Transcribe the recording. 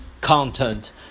content